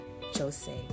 Jose